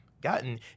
gotten